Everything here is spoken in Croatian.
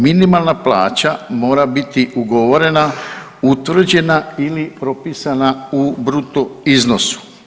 Minimalna plaća mora biti ugovorena, utvrđena ili propisana u bruto iznosu.